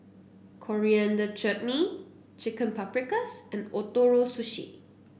Coriander Chutney Chicken Paprikas and Ootoro Sushi